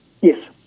Yes